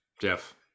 Jeff